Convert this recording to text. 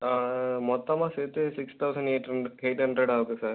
ஆ மொத்தமாக சேர்த்து six thousand eight hundred eight hundred ஆகும் சார்